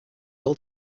all